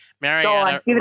Mariana